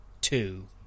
two